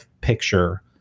picture